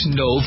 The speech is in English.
no